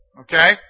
Okay